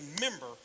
member